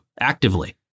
Actively